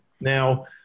Now